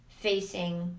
facing